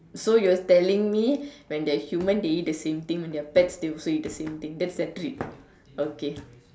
so you're telling me when they're human they eat the same thing when they're pets they also eat the same thing that's their treat okay